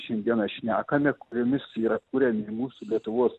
šiandieną šnekame kuriomis yra kuriami mūsų lietuvos